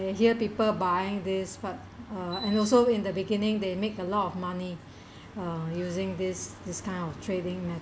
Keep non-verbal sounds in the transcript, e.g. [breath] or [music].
they hear people buying this but uh and also in the beginning they make a lot of money [breath] uh using this this kind of trading